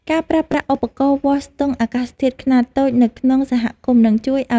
ការប្រើប្រាស់ឧបករណ៍វាស់ស្ទង់អាកាសធាតុខ្នាតតូចនៅក្នុងសហគមន៍នឹងជួយឱ្យកសិករចេះសង្កេត និងព្យាករណ៍ស្ថានភាពដោយខ្លួនឯង។